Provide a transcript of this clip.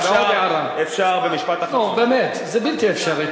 נו, באמת, זה בלתי אפשרי.